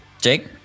Jake